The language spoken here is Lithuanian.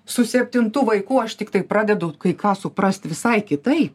su septintu vaiku aš tiktai pradedu kai ką suprast visai kitai